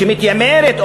שמתיימרת,